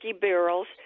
barrels